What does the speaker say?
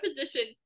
position